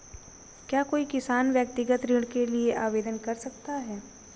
क्या कोई किसान व्यक्तिगत ऋण के लिए आवेदन कर सकता है?